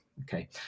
Okay